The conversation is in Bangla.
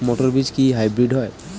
মটর বীজ কি হাইব্রিড হয়?